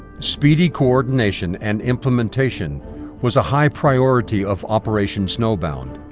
speedy coordination and implementation was a high priority of operation snowbound.